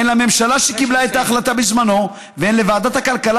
הן לממשלה שקיבלה את ההחלטה בזמנו והן לוועדת הכלכלה,